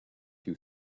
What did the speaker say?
you